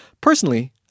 Personally